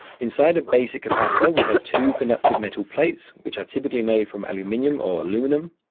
inside a basic capacitor, we have two conductive metal plates, which are typically made from aluminium or aluminum,